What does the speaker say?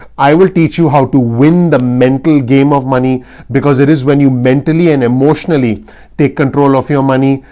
i will teach you how to win the mental game of money because it is when you mentally and emotionally take control of your money.